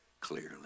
clearly